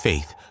Faith